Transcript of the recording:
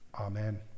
Amen